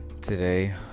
today